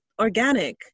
organic